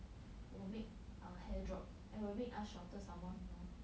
will make our hair drop and will make us shorter some more you know